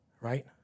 Right